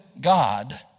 God